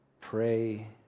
pray